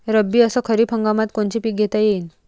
रब्बी अस खरीप हंगामात कोनचे पिकं घेता येईन?